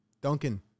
Duncan